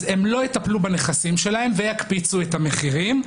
אז הם לא יטפלו בנכסים שלהם ויקפיצו את המחירים.